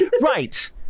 Right